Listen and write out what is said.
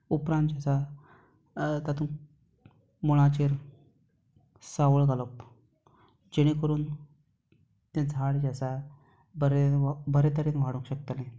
उपरांत जें आसा तातूंत मुळाचेर सावळ घालप जेणे करून तें झाड जें आसा बरे बरे तरेन वाडोवंक शकतलें